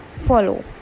follow